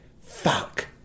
fuck